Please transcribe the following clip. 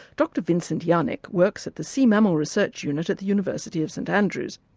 dr vincent yanek works at the sea mammal research unit at the university of st andrews.